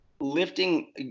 lifting